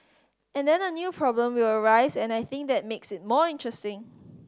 and then a new problem will arise and I think that makes it more interesting